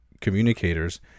communicators